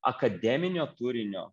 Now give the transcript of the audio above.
akademinio turinio